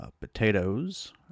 potatoes